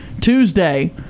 Tuesday